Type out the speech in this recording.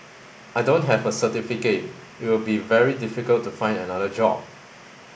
I don't have a certificate it will be very difficult to find another job